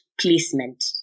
placement